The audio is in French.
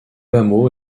hameau